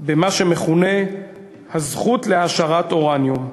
במה שמכונה "הזכות להעשרת אורניום".